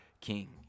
King